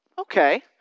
Okay